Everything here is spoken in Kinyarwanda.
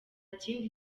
kindi